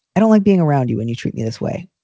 i don't like being around you. when you treat me this way,